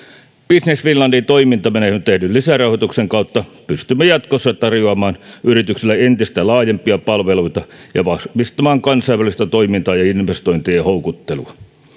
business finlandin toimintamenoihin tehdyn lisärahoituksen kautta pystymme jatkossa tarjoamaan yrityksille entistä laajempia palveluita ja vahvistamaan kansainvälistä toimintaa ja investointien houkuttelua